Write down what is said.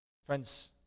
Friends